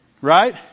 Right